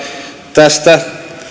tästä